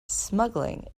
smuggling